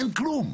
אין כלום.